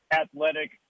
athletic